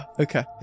Okay